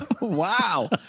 Wow